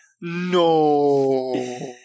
No